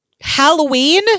Halloween